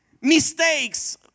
mistakes